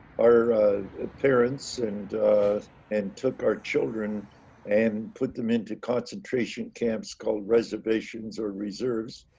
our parents and and took our children and put them into concentration camps called reservations or reserves.